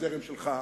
מהזרם שלך,